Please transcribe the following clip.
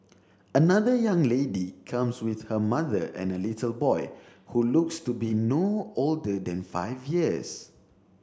another young lady comes with her mother and a little boy who looks to be no older than five years